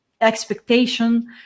expectation